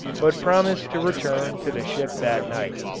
but promised to return to the ship that night.